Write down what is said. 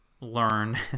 learn